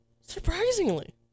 Surprisingly